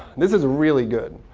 this is really good.